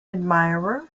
admirer